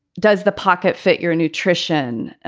does the pocket fit your nutrition?